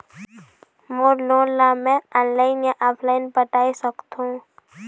मोर loan ला मैं online या ऑफलाइन पटाए सकथों?